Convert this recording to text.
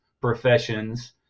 professions